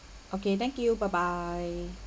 okay thank you bye bye